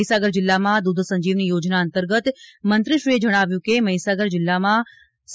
મહિસાગર જિલ્લામાં દુધ સંજીવની યોજના અંતર્ગત મંત્રીશ્રીએ જણાવ્યું કે મહિસાગર જિલ્લામાં તા